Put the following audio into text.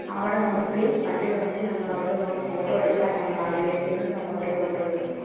അവിടെ നിർത്തി വണ്ടി നിർത്തി നമ്മളവിടെ നിന്ന് ഫോട്ടോയെട്ക്കാൻ നമ്മളാഗ്രഹിക്കുന്നു നമ്മളൊരു ഫോട്ടോയെടുക്കുന്നു